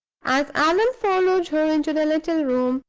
as allan followed her into the little room,